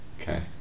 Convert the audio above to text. Okay